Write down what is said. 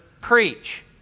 preach